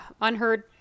unheard